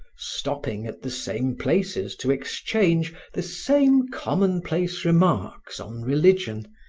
stopping at the same places to exchange the same commonplace remarks on religion,